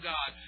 God